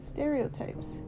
Stereotypes